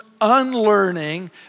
unlearning